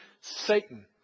Satan